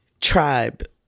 tribe